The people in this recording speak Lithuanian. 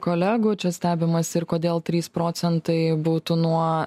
kolegų čia stebimas ir kodėl trys procentai būtų nuo